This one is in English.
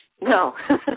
No